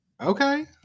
Okay